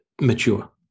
mature